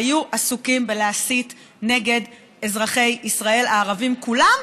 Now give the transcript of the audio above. היו עסוקים בלהסית נגד אזרחי ישראל הערבים כולם,